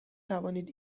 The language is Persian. توانید